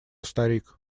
старик